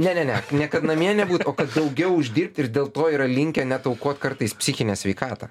ne ne ne ne kad namie nebūt o kad daugiau uždirbt ir dėl to yra linkę net aukot kartais psichinę sveikatą